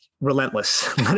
Relentless